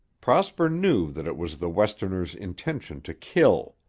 prosper knew that it was the westerner's intention to kill.